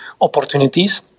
opportunities